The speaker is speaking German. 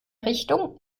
richtung